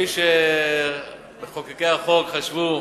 כפי שמחוקקי החוק חשבו,